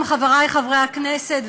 חברי חברי הכנסת,